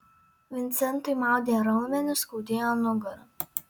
vincentui maudė raumenis skaudėjo nugarą